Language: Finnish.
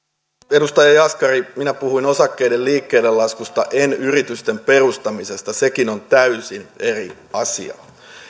edustaja jaskari minä puhuin osakkeiden liikkeellelaskusta en yritysten perustamisesta sekin on täysin eri asia